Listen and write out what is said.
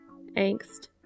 angst